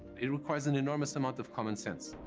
it requires an enormous amount of common sense.